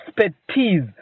expertise